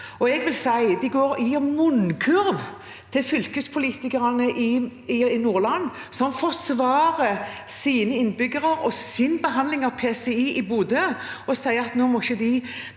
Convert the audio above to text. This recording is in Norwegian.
– gir munnkurv til fylkespolitikerne i Nordland, som forsvarer sine innbyggere og sin behandling av PCI i Bodø. De sier at nå må